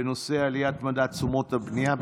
בנושא עליית מדד תשומות הבנייה.